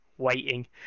waiting